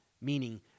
meaning